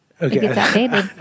Okay